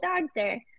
doctor